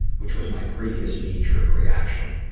which was my previous knee-jerk reaction,